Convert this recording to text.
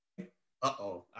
uh-oh